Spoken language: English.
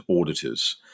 auditors